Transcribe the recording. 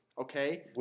Okay